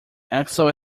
exo